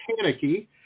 panicky